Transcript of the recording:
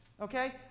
Okay